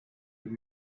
with